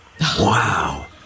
Wow